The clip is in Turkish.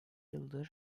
yıldır